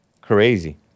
Crazy